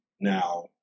Now